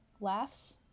Laughs